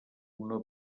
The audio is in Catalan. una